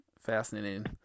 fascinating